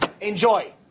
Enjoy